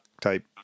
type